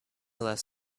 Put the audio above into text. less